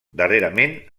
darrerament